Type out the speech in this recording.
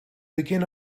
begin